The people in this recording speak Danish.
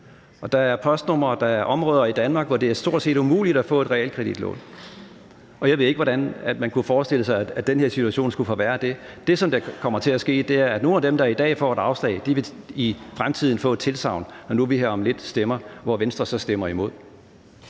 der er postnumre og områder i Danmark, hvor det stort set er umuligt at få et realkreditlån. Og jeg ved ikke, hvordan man kunne forestille sig, at den her situation skulle forværre det. Det, der kommer til at ske, er, at nogle af dem, der i dag får et afslag, i fremtiden vil få et tilsagn, altså når vi nu her om lidt stemmer om det, og hvor Venstre så stemmer imod.